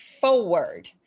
forward